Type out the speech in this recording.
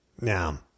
Now